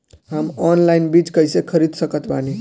हम ऑनलाइन बीज कइसे खरीद सकत बानी?